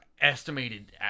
estimated